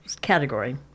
Category